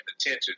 attention